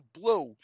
blue